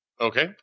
Okay